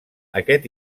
aquest